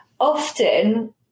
often